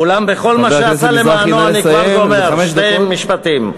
עוד שני משפטים.